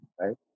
right